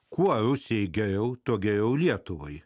kuo rusijai geriau tuo geriau lietuvai